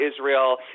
Israel